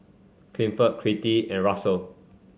Clifford Kittie and Russell